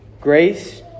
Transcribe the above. grace